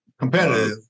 Competitive